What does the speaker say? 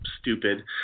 stupid